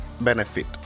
benefit